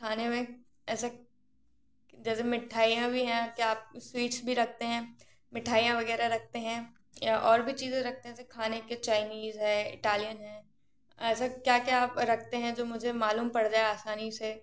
खाने में ऐसा जैसे मिठाइयां भी हैं क्या आप स्वीट्स भी रखते हैं मिठाइयां वग़ैरह रखते हैं या और भी चीज़े रखते है जैसे खाने के चाइनीज़ है इटालियन है ऐसा क्या क्या आप रखते हैं जो मुझे मालूम पड़ जाए आसानी से